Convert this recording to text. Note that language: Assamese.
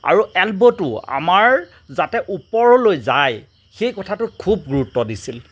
আৰু এলব'টো আমাৰ যাতে ওপৰলৈ যায় সেই কথাটোত খুব গুৰুত্ব দিছিল